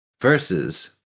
versus